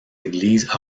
églises